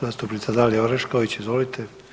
Zastupnica Dalija Orešković, izvolite.